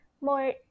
more